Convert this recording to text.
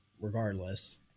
regardless